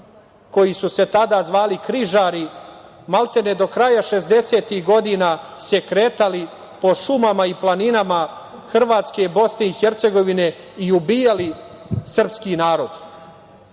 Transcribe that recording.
koji su se tada zvali križari maltene do kraja 60-ih godina se kretali po šumama i planinama Hrvatske i Bosne i Hercegovine i ubijali srpski narod.